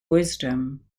wisdom